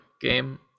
game